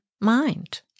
mind